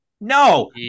no